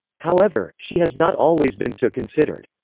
however, she has not always been so considered.